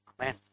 Amen